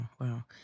wow